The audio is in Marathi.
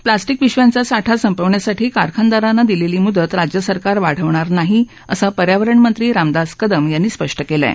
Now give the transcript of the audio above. प्लास्टिक पिशव्यांचा साठा संपवण्यासाठी कारखानदारांना दिलेली मुदत राज्य सरकार वाढवणार नाही असं पर्यावरण मंत्री रामदास कदम यांनी स्पष्ट केलं आहे